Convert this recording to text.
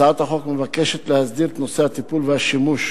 הצעת החוק מבקשת להסדיר את נושא הטיפול והשימוש